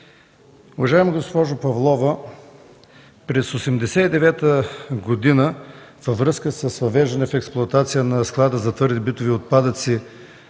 Уважаема госпожо Павлова, през 1989 г. във връзка с въвеждане в експлоатация на склада за твърди битови отпадъци